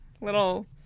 little